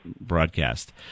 broadcast